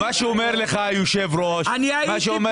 מה שאומר לך היושב-ראש בבירור,